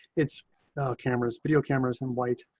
it's cameras video cameras and white.